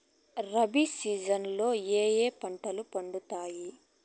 rabi season లో ఏ ఏ పంటలు పండుతాయి